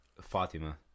Fatima